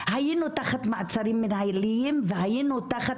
היינו תחת מעצרים מנהליים והיינו תחת